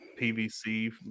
PVC